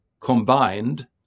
combined